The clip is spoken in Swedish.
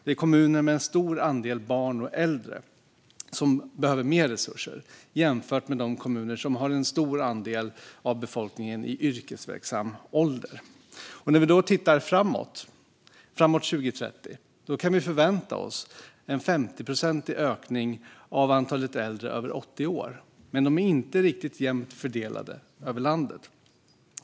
Det är kommuner med en stor andel barn och äldre som behöver mer resurser jämfört med de kommuner som har en stor andel av befolkningen i yrkesverksam ålder. Framåt 2030 kan vi förvänta oss en 50-procentig ökning av antalet äldre över 80 år, men de är inte riktigt jämnt fördelade över landet.